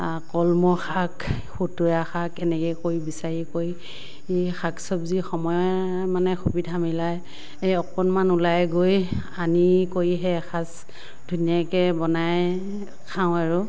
কলমৌ শাক খুতুৰা শাক এনেকৈ কৰি বিচাৰি কৰি এই শাক চবজি সময়ৰ মানে সুবিধা মিলাই কৰি এই অকণমান ওলাই গৈ আনি কৰিহে এসাঁজ ধুনীয়াকৈ বনাই খাওঁ আৰু